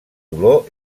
dolor